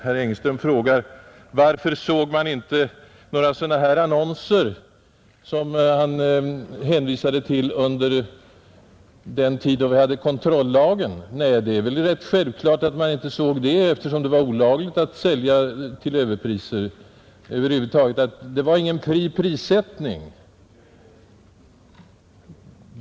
Herr Engström frågade varför man inte såg några sådana annonser, som han hänvisade till, under den tid då vi hade kontrollagen. Men det är väl ganska självklart, eftersom det då var olagligt att sälja till överpriser. Vi hade då ingen fri prissättning.